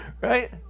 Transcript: Right